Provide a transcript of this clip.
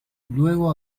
luego